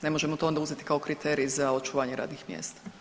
Ne možemo to onda uzeti kao kriterij za očuvanje radnih mjesta.